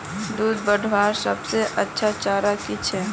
दूध बढ़वार सबसे अच्छा चारा की छे?